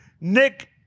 Nick